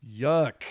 Yuck